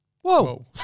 whoa